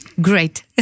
Great